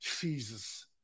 Jesus